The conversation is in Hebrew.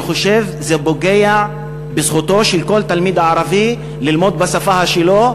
אני חושב שזה פוגע בזכותו של כל תלמיד ערבי ללמוד בשפה שלו,